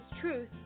Truth